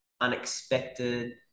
unexpected